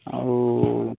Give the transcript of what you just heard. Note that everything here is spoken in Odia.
ଆଉ